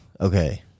Okay